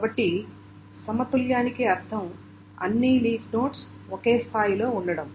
కాబట్టి సమతుల్యానికి అర్థం అన్ని లీఫ్ నోడ్స్ ఒకే స్థాయిలో ఉండటం